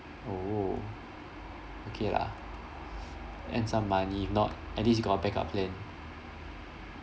oh okay lah earn some money if not at least you got a back-up plan